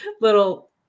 little